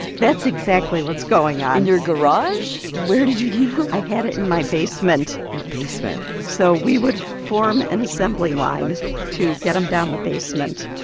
that's exactly what's going on in your garage? where did you keep them? i had it in my basement your basement so we would form an assembly line to get them down the basement,